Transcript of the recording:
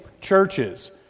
churches